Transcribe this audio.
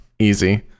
easy